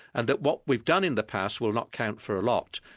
and that what we've done in the past will not count for a lot.